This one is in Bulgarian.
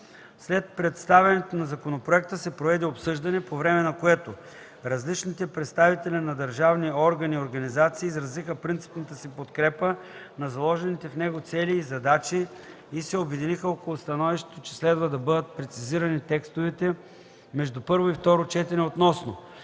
След представянето на законопроекта се проведе обсъждане, по време на което различните представители на държавни органи и организации изразиха принципната си подкрепа на заложените в него цели и задачи и се обединиха около становището, че следва да бъдат прецизирани текстовете между първо и второ четене относно: